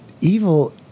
evil